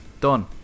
done